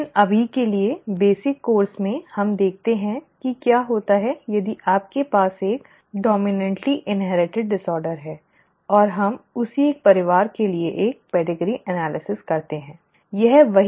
लेकिन अभी के लिए बेसिक कोर्स में हम देखते हैं कि क्या होता है यदि आपके पास एक डॉम्इनॅन्टली इन्हेरिटिड विकार है और हम उसी एक परिवार के लिए एक पेडिग्री विश्लेषण करते हैं ठीक है